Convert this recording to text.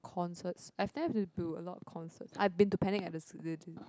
concerts I've never been into a lot of concerts I've been to Panic at the D~ D~